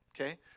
Okay